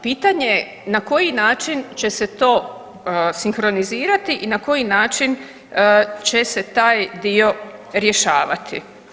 Pitanje je na koji način će se to sinkronizirati i na koji način će se taj dio rješavati.